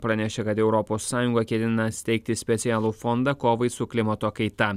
pranešė kad europos sąjunga ketina steigti specialų fondą kovai su klimato kaita